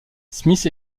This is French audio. smith